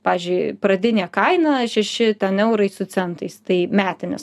pavyzdžiui pradinė kaina šeši ten eurai su centais tai metinis